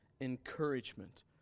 encouragement